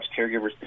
Caregivers